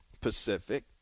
Pacific